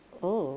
oh